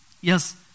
Yes